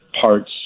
parts